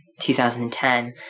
2010